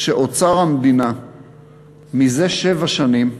שאוצר המדינה מזה שבע שנים,